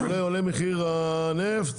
עולה מחיר הנפט,